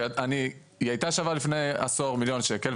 שהיא הייתה שווה לפני עשור מיליון שקל,